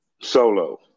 solo